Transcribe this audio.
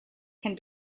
can